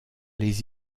les